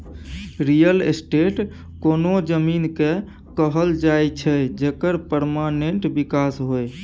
real estate कोनो जमीन केँ कहल जाइ छै जकर परमानेंट बिकास होइ